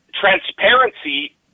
transparency